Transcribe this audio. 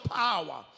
power